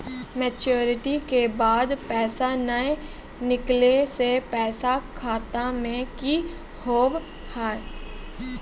Maturity के बाद पैसा नए निकले से पैसा खाता मे की होव हाय?